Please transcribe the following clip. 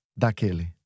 daquele